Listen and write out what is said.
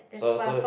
so so